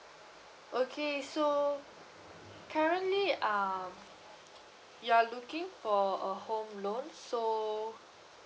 okay so currently um you are looking for a home loan so